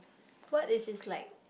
what if is like